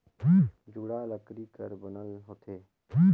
जुड़ा लकरी कर बनल होथे